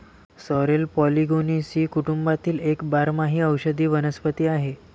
sorrel Polygonaceae कुटुंबातील एक बारमाही औषधी वनस्पती आहे